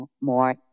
more